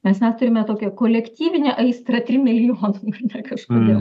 mes net turime tokią kolektyvinę aistrą trim milijonam ar ne kažkodėl